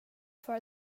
för